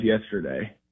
yesterday